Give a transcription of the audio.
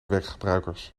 weggebruikers